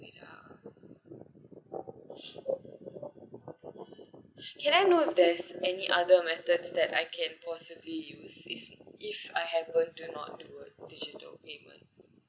wait ah can I know if there's are any method that I can possibly use if if I happen to do not use digital payment